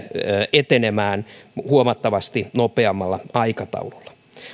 etenemään huomattavasti nopeammalla aikataululla